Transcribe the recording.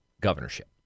governorship